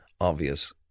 obvious